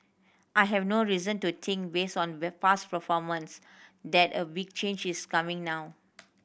I have no reason to think based on past performance that a big change is coming now